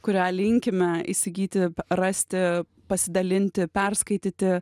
kurią linkime įsigyti rasti pasidalinti perskaityti